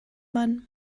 man